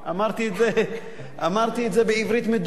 אמרתי את זה בעברית מדוברת,